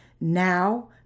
Now